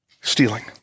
Stealing